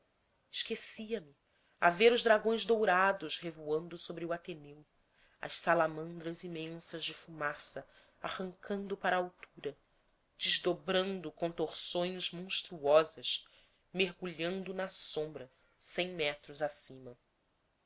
esquecia-me a ver os dragões dourados revoando sobre o ateneu as salamandras imensas de fumaça arrancando para a altura desdobrando contorções monstruosas mergulhando na sombra cem metros acima